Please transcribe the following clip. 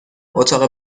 اتاق